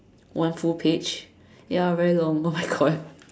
one full page ya very long oh my god